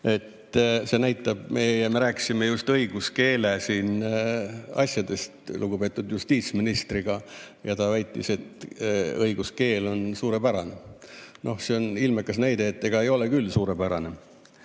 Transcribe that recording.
et kui me rääkisime just õiguskeeleasjadest siin lugupeetud justiitsministriga, kes väitis, et õiguskeel on suurepärane, siis see on ilmekas näide, et ega ei ole küll suurepärane.